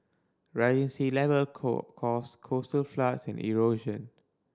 rising sea level call cause coastal floods and erosion